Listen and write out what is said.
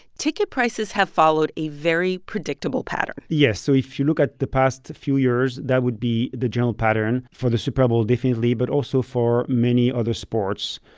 ticket prices have followed a very predictable pattern yes. so if you look at the past few years, that would be the general pattern for the super bowl definitely but also for many other sports.